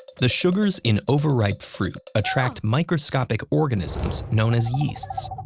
the sugars in overripe fruit attract microscopic organisms known as yeasts.